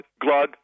glug